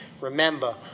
Remember